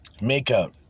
makeup